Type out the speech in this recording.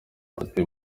ati